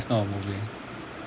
ya it's not a movie